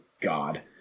God